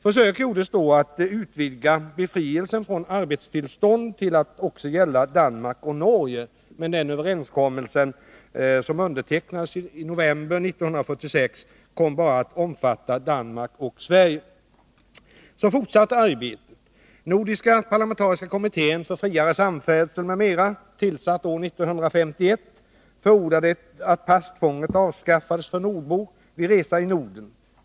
Försök gjordes att utvidga befrielsen från arbetstillstånd till att också gälla i Danmark och Norge. Den överenskommelsen, som undertecknades i november 1946, kom dock bara att omfatta Danmark och Sverige. Så fortsatte arbetet. Nordiska parlamentariska kommittén för friare samfärdsel m.m., tillsatt år 1951, förordade att passtvånget avskaffades för nordbor vid resa inom Norden.